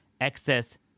excess